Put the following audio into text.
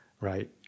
right